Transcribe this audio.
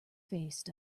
faced